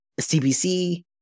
CBC